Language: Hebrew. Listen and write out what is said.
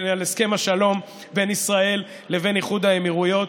להצבעה בעד הסכם השלום בין ישראל לבין איחוד האמירויות.